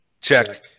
Check